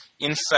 infect